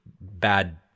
bad